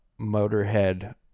Motorhead